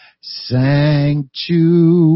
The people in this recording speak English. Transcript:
sanctuary